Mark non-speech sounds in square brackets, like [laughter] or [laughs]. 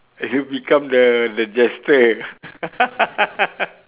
it's you become the the jester [laughs]